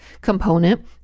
component